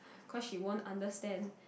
because she won't understand